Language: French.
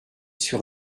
sur